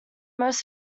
most